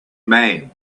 man